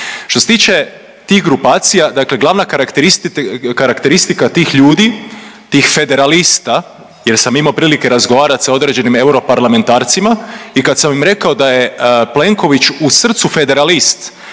Što se tiče tih grupacija, dakle glavna karakteristika tih ljudi, tih federalista jer sam imao prilike razgovarati sa određenim europarlamentarcima i kad sam im rekao da je Plenković u srcu federalist